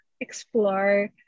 explore